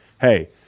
hey